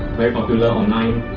very popular online